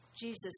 Jesus